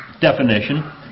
definition